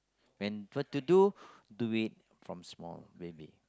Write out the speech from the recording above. when what to do do it from small maybe